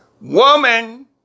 Woman